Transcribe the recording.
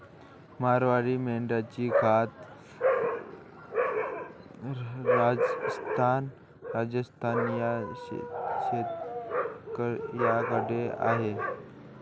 मारवाडी मेंढ्यांची जात राजस्थान च्या शेतकऱ्याकडे आहे